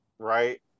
right